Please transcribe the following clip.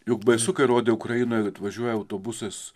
juk baisu kai rodė ukrainoj atvažiuoja autobusas